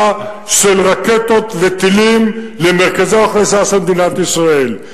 של רקטות וטילים למרכזי האוכלוסייה של מדינת ישראל.